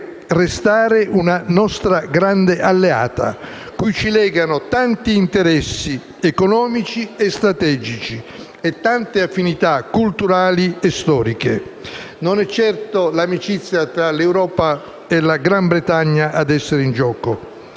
Non è certo l'amicizia tra l'Europa e il Regno Unito ad essere in gioco.